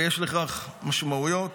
ויש לכך משמעויות.